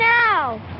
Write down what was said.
now